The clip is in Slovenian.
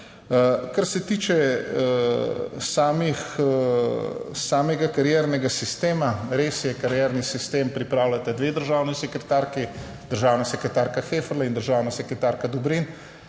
Kar se tiče samega kariernega sistema. Res je, karierni sistem pripravljata dve državni sekretarki, državna sekretarka Heferle in državna sekretarka Dobrin.